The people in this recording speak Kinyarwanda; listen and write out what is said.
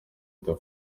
witwa